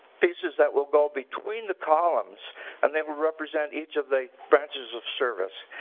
pieces that will go between the columns and they will represent each of the branches of service.